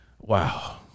Wow